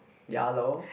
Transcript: ya lor